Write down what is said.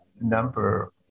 number